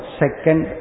second